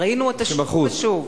ראינו אותה שוב ושוב.